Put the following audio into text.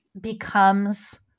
becomes